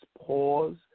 pause